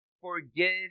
forgive